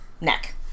neck